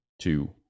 two